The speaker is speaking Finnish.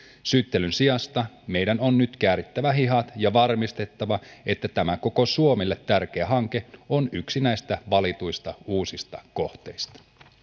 syyttelyn sijasta meidän on nyt käärittävä hihat ja varmistettava että tämä koko suomelle tärkeä hanke on yksi näistä valituista uusista kohteista